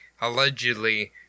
allegedly